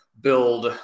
build